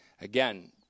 Again